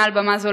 מעל במה זו,